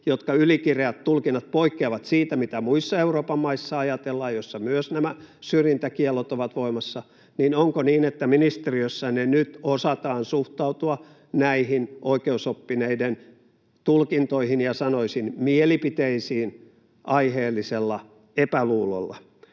jotka ylikireät tulkinnat poikkeavat siitä, mitä muissa Euroopan maissa ajatellaan ja joissa nämä syrjintäkiellot myös ovat voimassa — nyt osataan suhtautua näihin oikeusoppineiden tulkintoihin ja, sanoisin, mielipiteisiin aiheellisella epäluulolla?